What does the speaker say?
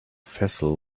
vessel